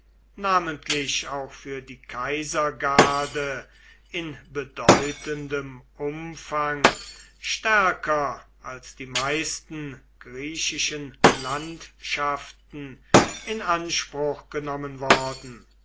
namentlich auch für die kaisergarde in bedeutendem umfang stärker als die meisten griechischen landschaften in anspruch genommen worden